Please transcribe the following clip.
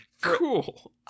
cool